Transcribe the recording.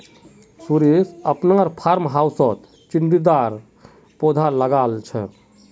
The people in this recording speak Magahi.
सुरेश अपनार फार्म हाउसत चिचिण्डार पौधा लगाल छ